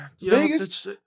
Vegas –